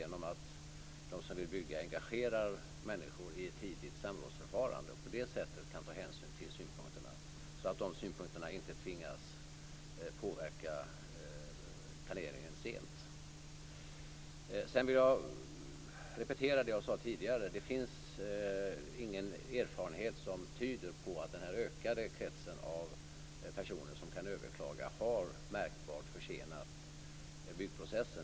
De som vill bygga kan tidigt engagera människor i ett samrådsförfarande och ta hänsyn till deras synpunkter, så att det inte blir så att dessa synpunkter först i ett sent skede påverkar planeringen. Jag vill repetera det som jag sade tidigare: Det finns ingen erfarenhet som tyder på att utökningen av den krets av personer som kan överklaga har märkbart försenat byggprocessen.